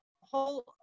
whole